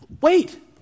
wait